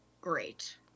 great